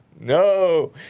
No